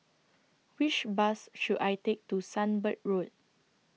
Which Bus should I Take to Sunbird Road